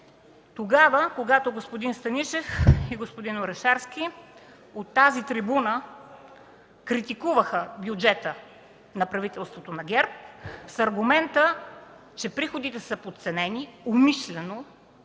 – когато господин Станишев и господин Орешарски от тази трибуна критикуваха бюджета на правителството на ГЕРБ с аргумента, че приходите са подценени умишлено,